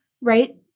right